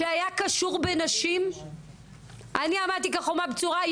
כשהיה קשור בנשים אני עמדתי כחומה בצורה,